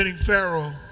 pharaoh